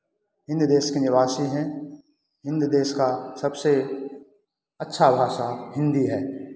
हिन्द देश के निवासी हैं हिन्द देश का सबसे अच्छा भाषा हिन्दी है